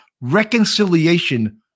reconciliation